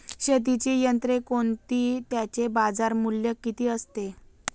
शेतीची यंत्रे कोणती? त्याचे बाजारमूल्य किती असते?